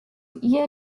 ihr